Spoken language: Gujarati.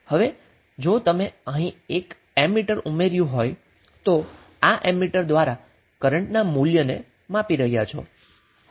હવે જો તમે અહીં એક એમીટર ઉમેર્યું હોય તો આ એમીટર દ્વારા કરન્ટના મૂલ્યને માપી રહ્યા છો